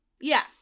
Yes